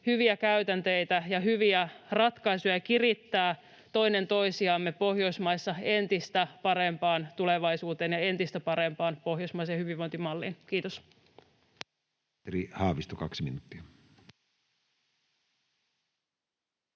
hyviä käytänteitä ja hyviä ratkaisuja ja kirittää toinen toisiamme Pohjoismaissa entistä parempaan tulevaisuuteen ja entistä parempaan pohjoismaiseen hyvinvointimalliin. — Kiitos.